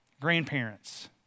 Grandparents